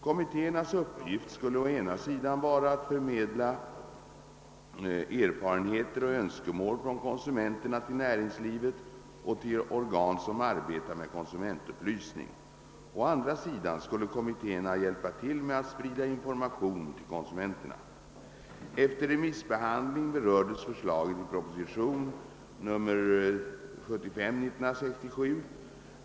Kommittéernas uppgift skulle å ena sidan vara att förmedla erfarenheter och önskemål från konsumenterna till näringslivet och till organ som arbetar med konsumentupplysning. Å andra sidan skulle kommittéerna hjälpa till med att sprida information till konsumenterna. Efter remissbehandling berördes förslaget i proposition 1967:75.